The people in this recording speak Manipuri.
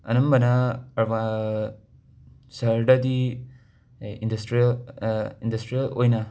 ꯑꯅꯝꯕꯅ ꯑꯔꯕ ꯁꯍꯔꯗꯗꯤ ꯏꯟꯗꯁꯇ꯭ꯔꯤꯌꯦꯜ ꯏꯟꯗꯁꯇ꯭ꯔꯤꯌꯦꯜ ꯑꯣꯏꯅ